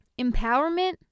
empowerment